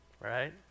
Right